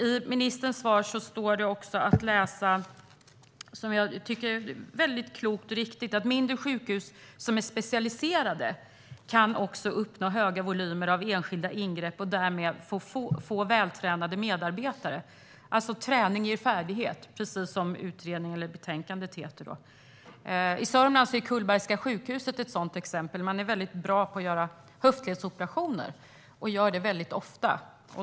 I ministerns svar står också följande, som jag tycker är mycket klokt och riktigt: "Mindre sjukhus som är specialiserade kan också uppnå höga volymer av enskilda ingrepp, och därmed få väl tränade medarbetare." Träning ger färdighet, precis som utredningens betänkande heter. I Sörmland är Kullbergska sjukhuset ett sådant exempel. Man är mycket bra på att göra höftledsoperationer och gör det ofta.